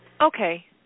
Okay